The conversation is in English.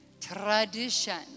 tradition